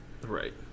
right